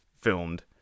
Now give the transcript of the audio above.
filmed